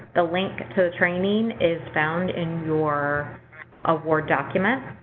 the link to the training is found in your award document.